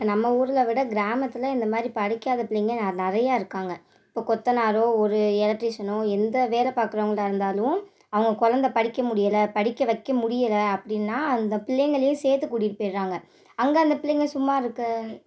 நம்ம ஊர்ல விட கிராமத்தில் இந்த மாதிரி படிக்காத பிள்ளைங்கள் ந நிறையா இருக்காங்கள் இப்போ கொத்தனாரோ ஒரு எலக்ட்ரிஷனோ எந்த வேலை பார்க்குறவங்களா இருந்தாலும் அவங்க குலந்த படிக்க முடியலை படிக்க வைக்க முடியலை அப்படின்னா அந்த பிள்ளைங்களையும் சேர்த்து கூட்டிட்டு போயிடுறாங் க அங்கே அந்த பிள்ளைங்கள் சும்மா இருக்க